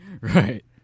Right